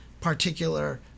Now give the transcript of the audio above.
particular